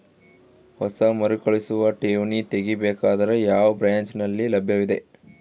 ಹೊಸ ಮರುಕಳಿಸುವ ಠೇವಣಿ ತೇಗಿ ಬೇಕಾದರ ಯಾವ ಬ್ರಾಂಚ್ ನಲ್ಲಿ ಲಭ್ಯವಿದೆ?